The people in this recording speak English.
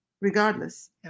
regardless